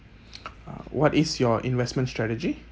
uh what is your investment strategy